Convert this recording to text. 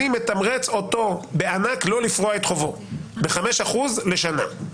אני מתמרץ אותו בענק לא לפרוע את חובו ב-5% לשנה.